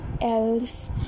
else